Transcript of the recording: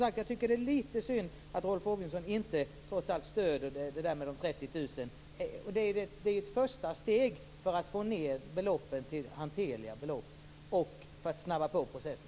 Men jag tycker att det är litet synd att Rolf Åbjörnsson trots allt inte stöder de 30 000 kronorna. Det är ett första steg för att få ned beloppet till hanterlig nivå och för att snabba på processen.